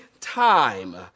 time